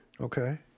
Okay